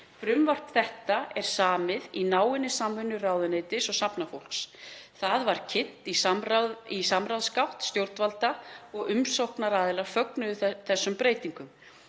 Frumvarp þetta er samið í náinni samvinnu ráðuneytis og safnafólks. Það var kynnt í samráðsgátt stjórnvalda og umsóknaraðilar fögnuðu þessum breytingum.